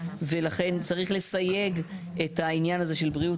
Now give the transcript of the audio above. ולכן צריך לסייג את העניין הזה של בריאות